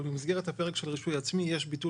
אבל במסגרת הפרק של רישוי עצמי יש ביטול